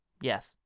Yes